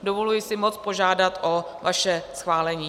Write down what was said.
Dovoluji si moc požádat o vaše schválení.